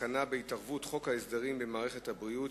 הסכנה של התערבות חוק ההסדרים במערכת הבריאות,